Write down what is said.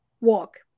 walk